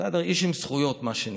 איש עם זכויות, מה שנקרא.